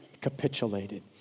capitulated